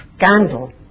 scandal